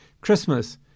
Christmas